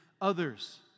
others